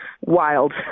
wild